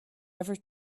ever